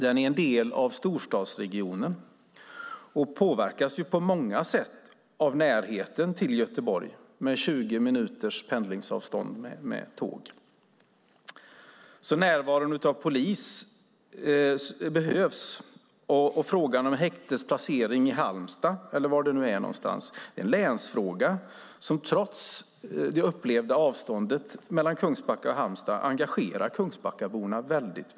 Den är en del av storstadsregionen och påverkas på många sätt av närheten till Göteborg. Det är 20 minuters pendlingsavstånd med tåg. Närvaron av polis behövs, och frågan om häktets placering i Halmstad, eller var det nu ska vara, är en länsfråga som trots det upplevda avståndet mellan Kungsbacka och Halmstad engagerar Kungsbackaborna starkt.